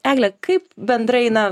egle kaip bendrai na